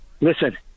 Listen